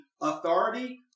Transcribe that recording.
authority